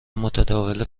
متداول